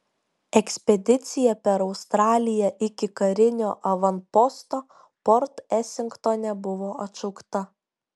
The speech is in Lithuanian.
ekspedicija per australiją iki karinio avanposto port esingtone buvo atšaukta